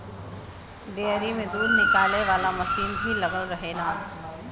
dairy में दूध निकाले वाला मसीन भी लगल रहेला